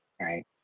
right